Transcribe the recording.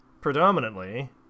Predominantly